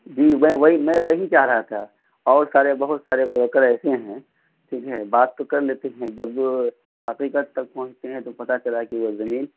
جی میں وہی میں وہی چاہ رہا تھا اور سارے بہت سارے بروکر ایسے ہیں ٹھیک ہے بات تو کر لیتے ہیں جب حقیقت تک پہنچتے ہیں تو پتہ چلا کہ وہ زمین